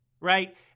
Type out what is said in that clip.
right